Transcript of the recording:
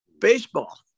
Baseball